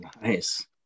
Nice